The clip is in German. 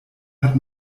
hat